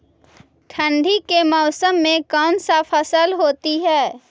ठंडी के मौसम में कौन सा फसल होती है?